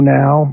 now